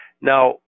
Now